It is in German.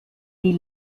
die